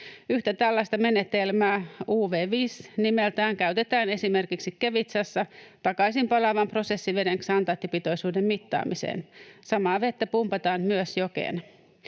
Yhtä tällaista menetelmää, UV-VIS nimeltään, käytetään esimerkiksi Kevitsassa takaisin palaavan prosessiveden ksantaattipitoisuuden mittaamiseen. Samaa vettä pumpataan myös jokeen.